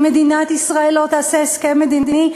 אם מדינת ישראל לא תעשה הסכם מדיני,